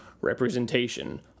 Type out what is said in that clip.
representation